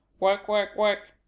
wirk wirk wirk!